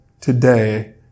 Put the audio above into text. today